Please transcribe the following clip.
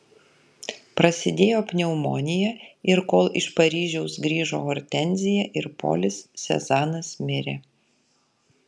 prasidėjo pneumonija ir kol iš paryžiaus grįžo hortenzija ir polis sezanas mirė